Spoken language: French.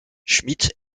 schmidt